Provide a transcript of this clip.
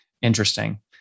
Interesting